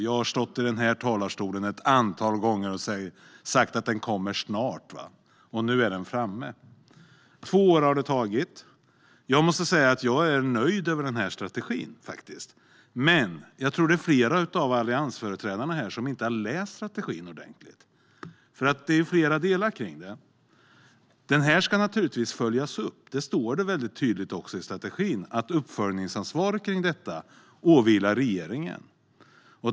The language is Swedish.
Jag har stått här i talarstolen ett antal gånger och sagt att den snart kommer, och nu har den lagts fram. Två år har det tagit. Jag är faktiskt nöjd med strategin, men jag tror att flera av alliansföreträdarna här i kammaren inte har läst den ordentligt. Det finns flera delar. Det här ska naturligtvis följas upp, vilket tydligt framgår i strategin. Där står att uppföljningsansvaret för detta åvilar regeringen.